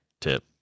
tip